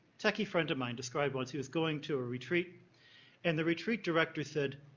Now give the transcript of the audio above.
techie friend of mine described once he was going to a retreat and the retreat director said,